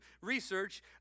research